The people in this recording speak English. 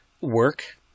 work